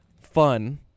fun